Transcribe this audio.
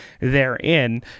therein